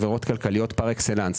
עבירות כלכליות פר אקסלנס.